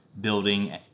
building